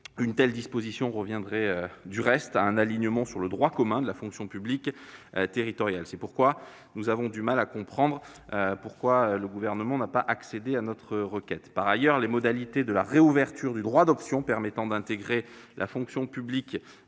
Une telle disposition reviendrait du reste à s'aligner sur le droit commun de la fonction publique territoriale. C'est pourquoi nous avons du mal à comprendre le refus du Gouvernement d'accéder à notre requête. Par ailleurs, les modalités de réouverture du droit d'option permettant d'intégrer la fonction publique